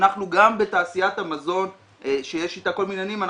אנחנו גם בתעשיית המזון שיש איתה כל מיני עניינים,